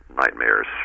Nightmares